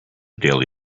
daily